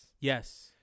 Yes